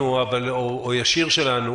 נושא ישיר שלנו,